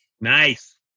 Nice